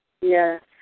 Yes